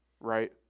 Right